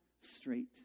straight